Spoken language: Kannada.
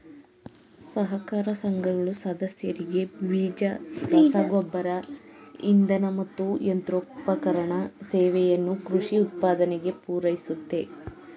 ಸಹಕಾರ ಸಂಘಗಳು ಸದಸ್ಯರಿಗೆ ಬೀಜ ರಸಗೊಬ್ಬರ ಇಂಧನ ಮತ್ತು ಯಂತ್ರೋಪಕರಣ ಸೇವೆಯನ್ನು ಕೃಷಿ ಉತ್ಪಾದನೆಗೆ ಪೂರೈಸುತ್ತೆ